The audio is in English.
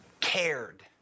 cared